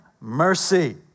mercy